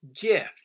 gift